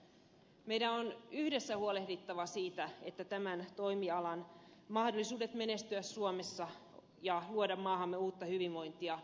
meidän on yhdessä huolehdittava siitä että tämän toimialan mahdollisuudet menestyä suomessa ja edellytykset luoda maahamme uutta hyvinvointia paranevat